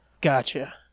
Gotcha